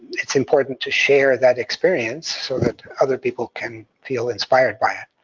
it's important to share that experience, so that other people can feel inspired by it.